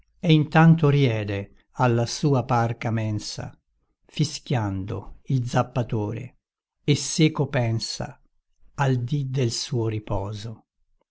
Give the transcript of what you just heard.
e intanto riede alla sua parca mensa fischiando il zappatore e seco pensa al dì del suo riposo